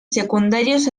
secundarios